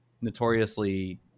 notoriously